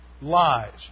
lies